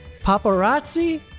Paparazzi